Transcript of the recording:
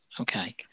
okay